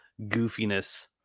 goofiness